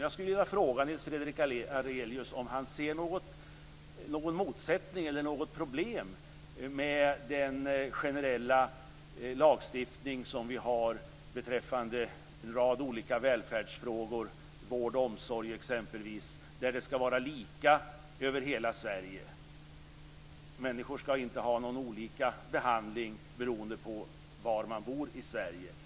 Jag skulle vilja fråga Nils Fredrik Aurelius om han ser någon motsättning eller något problem i den generella lagstiftning som vi har beträffande en rad olika välfärdsfrågor, exempelvis vård och omsorg, där det skall vara lika över hela Sverige. Människor skall inte ha olika behandling beroende på var man bor i Sverige.